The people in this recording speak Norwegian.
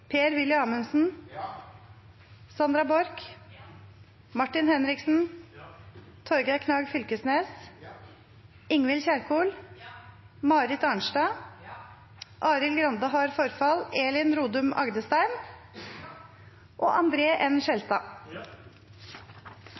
Amundsen, Sandra Borch, Martin Henriksen, Torgeir Knag Fylkesnes, Ingvild Kjerkol, Marit Arnstad, Elin Rodum Agdestein og André N. Skjelstad.